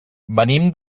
venim